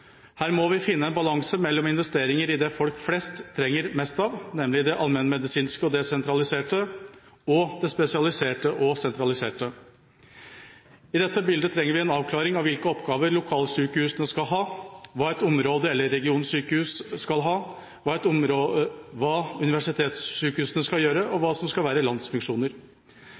Her må vi finne en balanse mellom investeringer i det folk flest trenger mest av, nemlig det allmennmedisinske og desentraliserte og det spesialiserte og sentraliserte. I dette bildet trenger vi en avklaring av hvilke oppgaver lokalsykehusene skal ha, hva et område- eller regionsykehus skal være, hva universitetssykehusene skal gjøre, og hva som skal være landsfunksjoner.